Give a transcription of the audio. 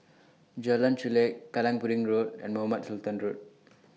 Jalan Chulek Kallang Pudding Road and Mohamed Sultan Road